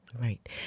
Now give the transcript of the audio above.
Right